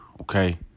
okay